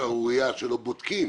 זאת באמת שערורייה שלא בודקים